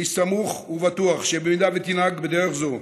אני סמוך ובטוח שבמידה שתנהג בדרך זו,